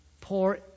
poor